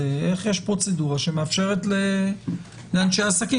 איך יש פרוצדורה שמאפשרת לאנשי עסקים.